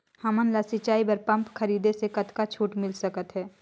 हमन ला सिंचाई बर पंप खरीदे से कतका छूट मिल सकत हे?